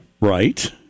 right